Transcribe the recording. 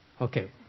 Okay